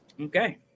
Okay